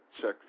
Check